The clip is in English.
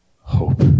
hope